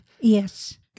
Yes